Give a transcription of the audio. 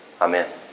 Amen